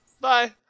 Bye